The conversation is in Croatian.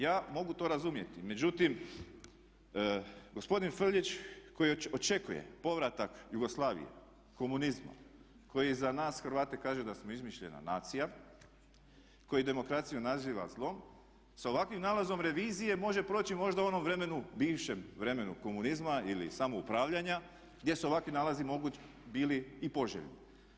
Ja mogu to razumjeti, međutim gospodin Frljić koji očekuje povratak Jugoslavije, komunizma, koji za nas Hrvate kaže da smo izmišljena nacija, koji demokraciju naziva zlom sa ovakvim nalazom revizije može proći možde u onom vremenu, bivšem vremenu komunizma ili samoupravljanja gdje se ovakvi nalazi bili i poželjni.